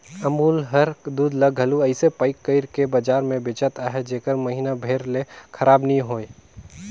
अमूल हर दूद ल घलो अइसे पएक कइर के बजार में बेंचत अहे जेहर महिना भेर ले खराब नी होए